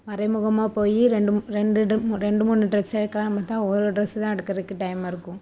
மறைமுகமாக போய் ரெண்டு ம் ரெண்டு டும் ரெண்டு மூணு ட்ரெஸ் எடுக்கலான்னு பார்த்தா ஒரு ட்ரெஸ்ஸு தான் எடுக்கிறக்கு டைம் இருக்கும்